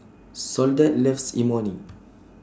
Soledad loves Imoni